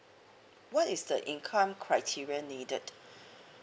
what is the income criteria needed